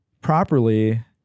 properly